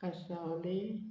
कासावले